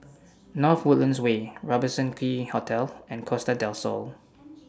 North Woodlands Way Robertson Quay Hotel and Costa Del Sol